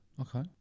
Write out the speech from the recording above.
Okay